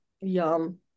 Yum